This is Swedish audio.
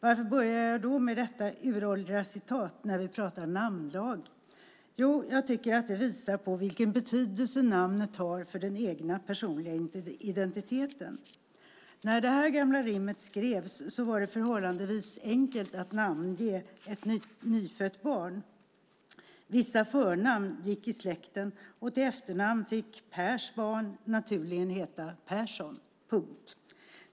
Varför börjar jag då med detta uråldriga rim när vi pratar om namnlagen? Jo, jag tycker att det visar vilken betydelse namnet har för den personliga identiteten. När det här gamla rimmet skrevs var det förhållandevis enkelt att namnge ett nyfött barn. Vissa förnamn gick i släkten. I efternamn fick Pers barn naturligen heta Persson - punkt.